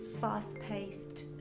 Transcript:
fast-paced